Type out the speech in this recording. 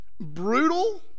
brutal